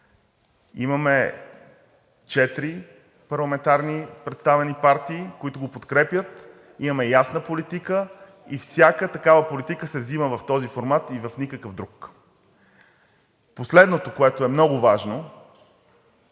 Имаме четири парламентарно представени партии, които го подкрепят, имаме ясна политика и всяка такава политика се взима в този формат и в никакъв друг. Последното, което е много важно.